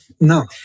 No